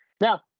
Now